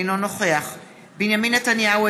אינו נוכח בנימין נתניהו,